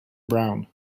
brown